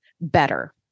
better